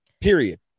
Period